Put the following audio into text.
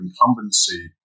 incumbency